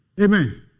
Amen